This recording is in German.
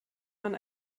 man